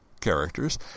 characters